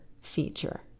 feature